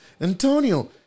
Antonio